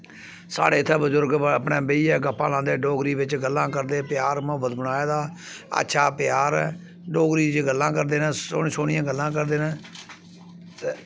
साढ़े इत्थै बजुर्ग अपने बेहियै गप्पां लांदे डोगरी बिच्च गल्लां करदे प्यार मोहब्बत बनाए दा अच्छा प्यार ऐ डोगरी च गल्लां करदे न सोह्नी सोह्नियां गल्लां करदे न ते